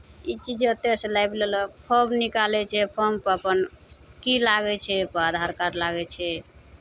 ई चीज एतयसँ लाबि लेलक फॉर्म निकालै छै फॉर्मपर अपन की लागै छै आधार कार्ड लागै छै